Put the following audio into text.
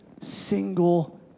single